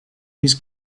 his